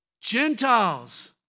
Gentiles